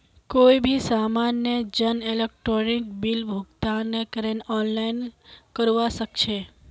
कोई भी सामान्य जन इलेक्ट्रॉनिक बिल भुगतानकेर आनलाइन करवा सके छै